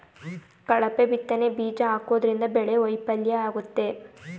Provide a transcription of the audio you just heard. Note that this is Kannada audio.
ಕಳಪೆ ಬಿತ್ತನೆ ಬೀಜ ಹಾಕೋದ್ರಿಂದ ಬೆಳೆ ವೈಫಲ್ಯ ಆಗುತ್ತೆ